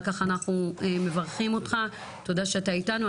על כך אנחנו מברכים אותך, תודה שאתה איתנו.